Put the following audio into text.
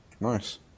Nice